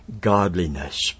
godliness